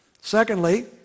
secondly